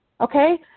okay